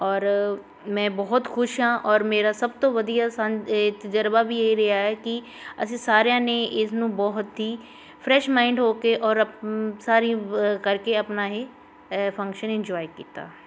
ਔਰ ਮੈਂ ਬਹੁਤ ਖੁਸ਼ ਹਾਂ ਔਰ ਮੇਰਾ ਸਭ ਤੋਂ ਵਧੀਆ ਸਨ ਇਹ ਤਜ਼ਰਬਾ ਵੀ ਇਹ ਰਿਹਾ ਕਿ ਅਸੀਂ ਸਾਰਿਆਂ ਨੇ ਇਸਨੂੰ ਬਹੁਤ ਹੀ ਫਰੈਸ਼ ਮਾਇੰਡ ਹੋ ਕੇ ਔਰ ਅਪ ਸਾਰੀ ਕਰਕੇ ਆਪਣਾ ਇਹ ਫੰਕਸ਼ਨ ਇੰਜੋਏ ਕੀਤਾ